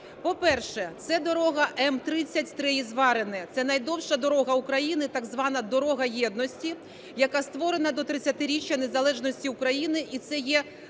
По-перше, це дорога М30 (Стрий-Ізварине), це найдовша дорога України, так звана дорога єдності, яка створена до 30-річчя незалежності України і це є